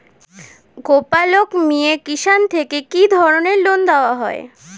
গোপালক মিয়ে কিষান থেকে কি ধরনের লোন দেওয়া হয়?